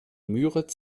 müritz